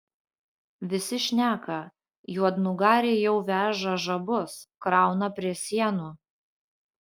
visi šneka juodnugariai jau veža žabus krauna prie sienų